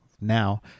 now